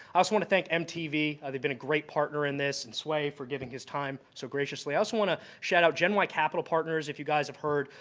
i also want to thank mtv. they've been a great partner in this. and sway for giving his time so graciously. i also want to shout out gen y capital partners, if you guys have heard,